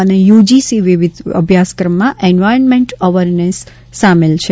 અને યુજીસી વિવિધ અભ્યાસક્રમમાં એનવાર્યમેન્ટ અવરનેસ સામેલ કરે છે